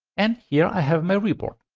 and here i have my report.